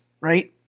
right